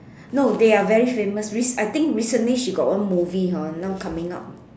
no they are very famous rece~ I think recently she got one movie hor now coming out